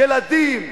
ילדים.